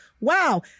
wow